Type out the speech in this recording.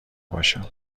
باشم